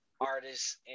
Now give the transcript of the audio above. artists